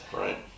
Right